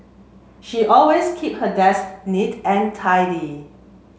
she always keep her desk neat and tidy